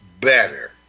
better